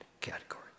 category